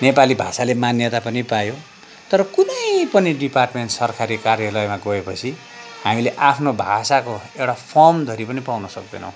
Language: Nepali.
नेपाली भाषाले मान्यता पनि पायो तर कुनै पनि डिपार्टमेन्ट सरकारी कार्यलयमा गएपछि हामीले आफ्नो भाषाको एउटा फर्म धरि पनि पाउन सक्दैनौँ